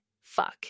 Fuck